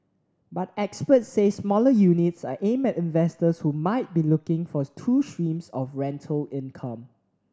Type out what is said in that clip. but experts say smaller units are aimed at investors who might be looking for two streams of rental income